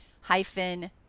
hyphen